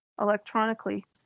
electronically